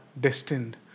destined